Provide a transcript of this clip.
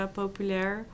populair